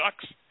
sucks